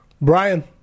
Brian